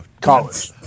College